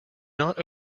not